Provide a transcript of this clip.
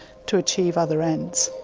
to achieve other ends.